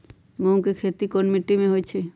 मूँग के खेती कौन मीटी मे होईछ?